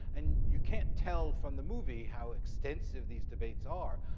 and you can't tell from the movie how extensive these debates are,